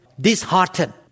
disheartened